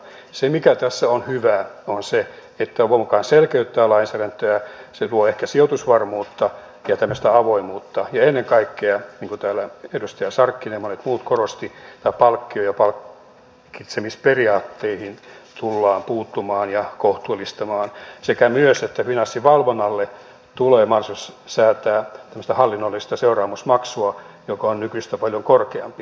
se mikä tässä on hyvää on se että tämä toivon mukaan selkeyttää lainsäädäntöä se luo ehkä sijoitusvarmuutta ja tämmöistä avoimuutta ja ennen kaikkea niin kuin täällä edustaja sarkkinen ja monet muut korostivat palkkio ja palkitsemisperiaatteisiin tullaan puuttumaan ja kohtuullistamaan sekä myös että finanssivalvonnalle tulee mahdollisuus säätää tämmöistä hallinnollista seuraamusmaksua joka on nykyistä paljon korkeampi